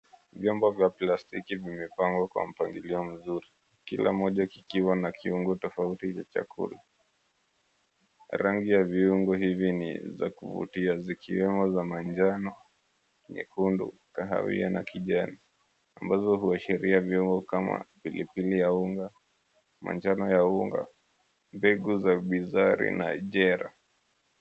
Vyombo vya plastiki vimepangwa kwa mpangilio mzuri. Kila moja kikiwa na kiungo tofauti cha chakula. Rangi ya viungo hivi ni za kuvutia zikiwemo za manjano, nyekundu, kahawia na kijani ambazo huashiria v𝑦ombo kama pilipili ya unga, manjano ya unga, mbegu za bizari na ajera.